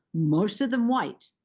most of them white,